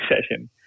session